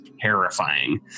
terrifying